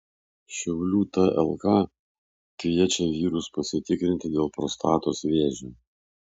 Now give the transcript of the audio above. šiaulių tlk kviečia vyrus pasitikrinti dėl prostatos vėžio